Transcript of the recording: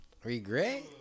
Regret